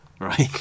right